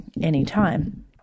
anytime